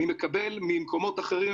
אני מקבל ממקומות אחרים,